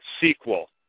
sequel